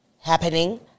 happening